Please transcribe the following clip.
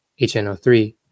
HNO3